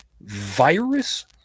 virus